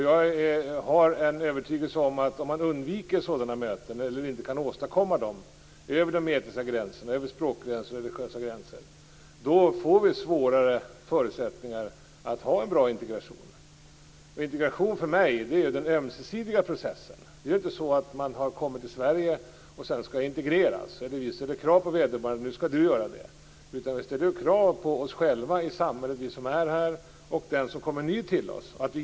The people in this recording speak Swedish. Jag har en övertygelse om att vi får sämre förutsättningar för en bra integration om man undviker eller inte kan åstadkomma sådana möten över etniska gränser, språkgränser och religiösa gränser. Integration innebär för mig en ömsesidig process. Det är inte så att någon kommer till Sverige och möts av kravet att vederbörande själv skall sköta integrationen. Vi ställer ju krav både på oss själva, vi som redan lever här i samhället, och på den som kommer ny till oss.